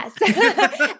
Yes